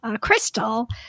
crystal